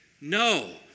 no